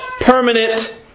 permanent